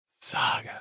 Saga